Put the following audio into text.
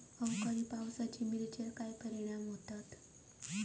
अवकाळी पावसाचे मिरचेर काय परिणाम होता?